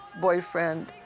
boyfriend